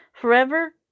forever